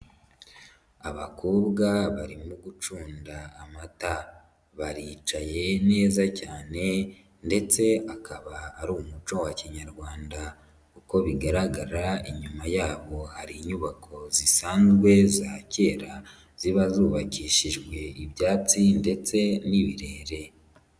Abakobwa barimo gucunda amata. Baricaye neza cyane ndetse akaba ari umuco wa kinyarwanda. Uko bigaragara inyuma yaho hari inyubako zisanzwe za kera ziba zubakishijwe ibyatsi ndetse n'ibirere.